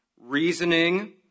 reasoning